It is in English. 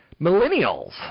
Millennials